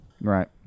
Right